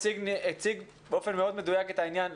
הציג באופן מדויק את העניין.